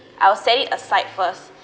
I will set it aside first